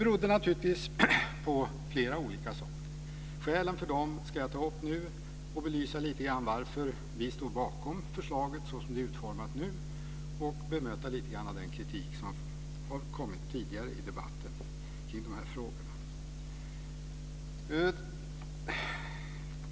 Detta berodde på flera olika saker. Jag ska nu ta upp dessa skäl och lite grann belysa varför vi står bakom förslaget såsom det nu är utformat. Jag ska också bemöta lite av den kritik som har framförts tidigare i debatten kring de här frågorna.